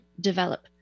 develop